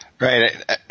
Right